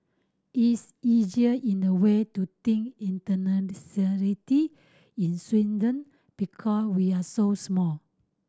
it's easier in a way to think inter nationality in Sweden because we're so small